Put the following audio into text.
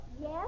Yes